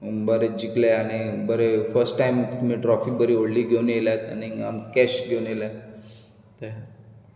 बरे जिंखले आनी बरे फश्ट टायम तुमी ट्रॉफी बरी व्होडली घेवन येल्यात आनींग कॅश घेवन येले ते